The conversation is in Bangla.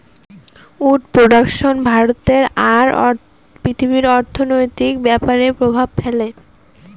উড প্রডাকশন ভারতে আর পৃথিবীর অর্থনৈতিক ব্যাপরে প্রভাব ফেলে